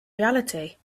reality